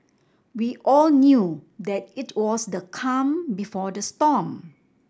we all knew that it was the calm before the storm